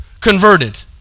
converted